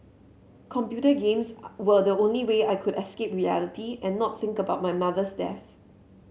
computer games were the only way I could escape reality and not think about my mother's death